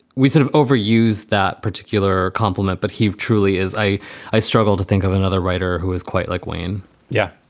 we sort of overused that particular compliment. but he truly is a i struggle to think of another writer who is quite like wayne yeah.